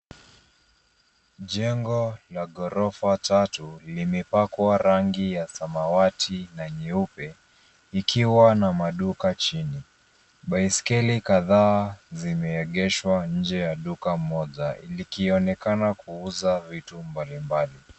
Jengo la ghorofa tatu limepakwa rangi ya samawati na nyeupe, likiwa na maduka chini .Baiskeli kadhaa zimeegeshwa nje ya duka moja likionekana kuuza vitu mbalimbali.